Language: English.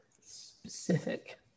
specific